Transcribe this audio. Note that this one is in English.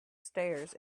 stairs